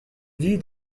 vie